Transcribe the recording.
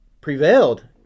prevailed